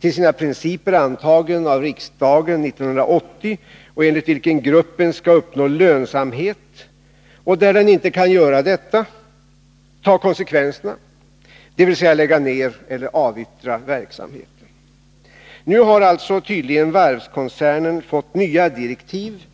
till sina principer antagen av riksdagen 1980, enligt vilken gruppen skall uppnå lönsamhet och där den inte kan göra detta ta konsekvenserna, dvs. lägga ner eller avyttra verksamheten. Nu har alltså varvskoncernen tydligen fått nya direktiv.